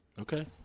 Okay